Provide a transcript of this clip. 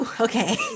Okay